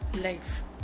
life